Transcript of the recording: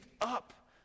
up